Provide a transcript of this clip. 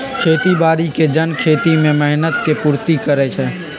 खेती बाड़ी के जन खेती में मेहनत के पूर्ति करइ छइ